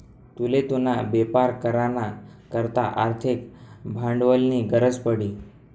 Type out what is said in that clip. तुले तुना बेपार करा ना करता आर्थिक भांडवलनी गरज पडी